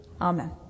Amen